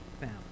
found